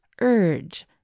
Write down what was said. urge